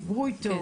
דיברו איתו.